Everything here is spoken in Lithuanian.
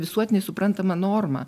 visuotinai suprantama norma